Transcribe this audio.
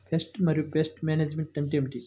Pest మరియు pest management అంటే ఏమిటి?